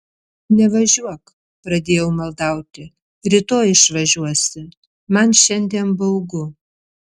nevažiuok pradėjau maldauti rytoj išvažiuosi man šiandien baugu